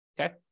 okay